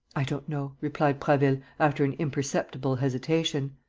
i don't know, replied prasville, after an imperceptible hesitation.